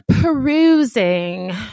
perusing